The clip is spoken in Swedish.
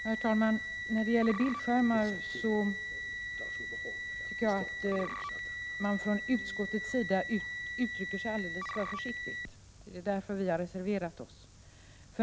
Herr talman! När det gäller bildskärmar tycker jag att utskottsmajoriteten uttrycker sig alldeles för försiktigt, och det är därför som vi har reserverat oss.